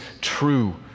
true